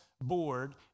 Board